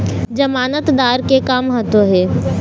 जमानतदार के का महत्व हे?